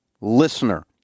listener